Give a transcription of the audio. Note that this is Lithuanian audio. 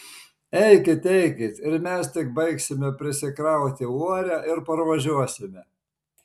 eikit eikit ir mes tik baigsime prisikrauti uorę ir parvažiuosime